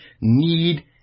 need